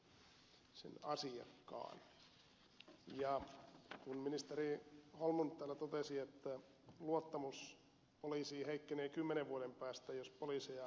ministeri holmlund täällä totesi että luottamus poliisiin heikkenee kymmenen vuoden päästä jos poliiseja koulutetaan liikaa